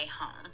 home